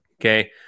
okay